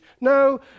No